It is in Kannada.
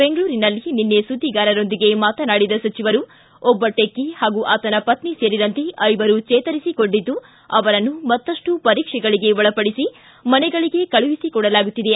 ಬೆಂಗಳೂರಿನಲ್ಲಿ ನಿನ್ನೆ ಸುದ್ದಿಗಾರರೊಂದಿಗೆ ಮಾತನಾಡಿದ ಸಚಿವರು ಒಬ್ಬ ಟೆಕ್ಕಿ ಹಾಗು ಅತನ ಪತ್ನಿ ಸೇರಿದಂತೆ ಐವರು ಚೇತರಿಸಿಕೊಂಡಿದ್ದು ಅವರನ್ನು ಮತ್ತಷ್ಟು ಪರೀಕ್ಷೆಗಳಿಗೆ ಒಳಪಡಿಸಿ ಮನೆಗಳಿಗೆ ಕಳುಹಿಸಿಕೊಡಲಾಗುತ್ತಿದೆ